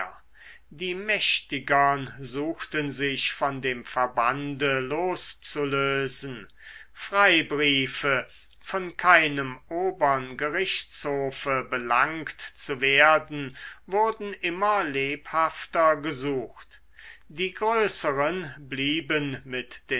die mächtigern suchten sich von dem verbande loszulösen freibriefe vor keinem obern gerichtshofe belangt zu werden wurden immer lebhafter gesucht die größeren blieben mit